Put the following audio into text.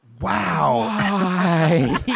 Wow